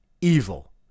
evil